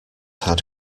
had